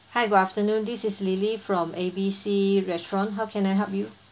hi good afternoon this is lily from A B C restaurant how can I help you